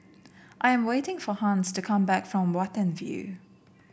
I am waiting for Hans to come back from Watten View